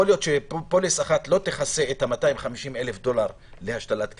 יכול להיות שפוליסה אחת לא תכסה את ה-250,000 דולר להשתלת כליה,